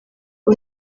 ubu